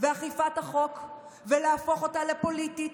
ואכיפת החוק ולהפוך אותה לפוליטית,